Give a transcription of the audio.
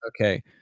Okay